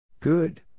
Good